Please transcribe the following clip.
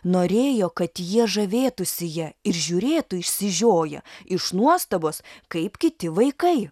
norėjo kad jie žavėtųsi ja ir žiūrėtų išsižioję iš nuostabos kaip kiti vaikai